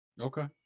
Okay